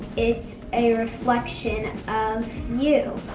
it's a reflection of you.